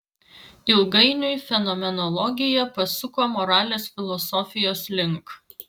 ilgainiui fenomenologija pasuko moralės filosofijos link